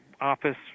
office